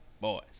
boys